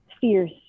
fierce